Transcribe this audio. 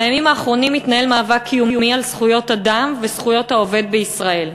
בימים האחרונים מתנהל מאבק קיומי על זכויות אדם וזכויות העובד בישראל.